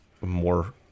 more